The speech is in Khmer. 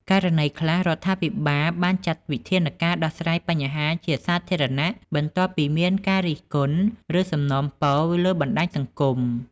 ករណីខ្លះ រដ្ឋាភិបាលបានចាត់វិធានការដោះស្រាយបញ្ហាជាសាធារណៈបន្ទាប់ពីមានការរិះគន់ ឬសំណូមពរលើបណ្តាញសង្គម។